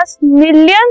millions